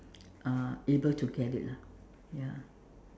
uh able to get it lah ya